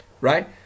Right